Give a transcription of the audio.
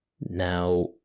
Now